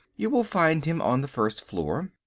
you will find him on the first floor.